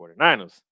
49ers